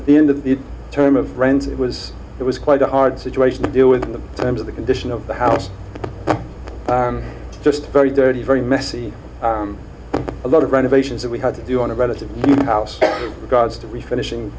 at the end of the term of rent it was it was quite a hard situation to deal with under the condition of the house just very dirty very messy a lot of renovations that we had to do on a relatively new house regards to refinishing